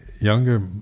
younger